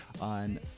on